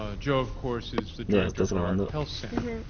ah joe, of course, is the director of our health center.